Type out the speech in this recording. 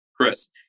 Chris